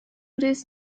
this